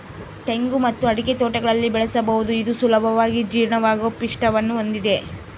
ತೆಂಗು ಮತ್ತು ಅಡಿಕೆ ತೋಟಗಳಲ್ಲಿ ಬೆಳೆಸಬಹುದು ಇದು ಸುಲಭವಾಗಿ ಜೀರ್ಣವಾಗುವ ಪಿಷ್ಟವನ್ನು ಹೊಂದಿದೆ